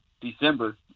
December